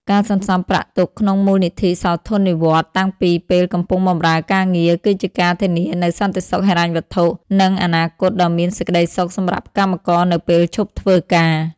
ការសន្សំប្រាក់ទុកក្នុងមូលនិធិសោធននិវត្តន៍តាំងពីពេលកំពុងបម្រើការងារ គឺជាការធានានូវសន្តិសុខហិរញ្ញវត្ថុ និងអនាគតដ៏មានសេចក្តីសុខសម្រាប់កម្មករនៅពេលឈប់ធ្វើការ។